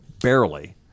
barely